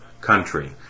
country